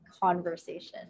conversation